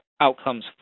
outcomes